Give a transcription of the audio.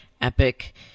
epic